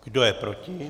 Kdo je proti?